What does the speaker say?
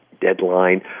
deadline